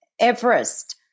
Everest